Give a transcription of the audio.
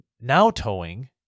now-towing